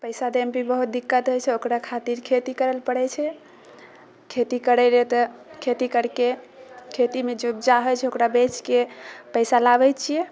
पैसा दै मे भी बहुत दिक्कत होइ छै ओकरा खातिर खेती करल पड़ै छै खेती करै रहियै तऽ खेती करिके खेतीमे जे उपजा होइ छै ओकरा बेचके पैसा लाबै छियै